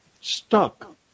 stuck